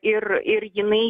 ir ir jinai